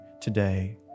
today